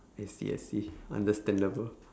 I see I see understandable